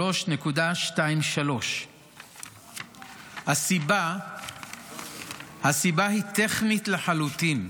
3.23%. הסיבה היא טכנית לחלוטין.